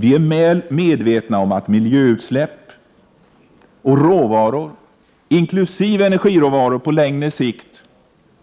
Vi är väl medvetna om att miljöutsläpp och råvaror inkl. energiråvaror på längre sikt